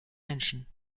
menschen